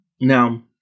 now